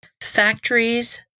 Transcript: Factories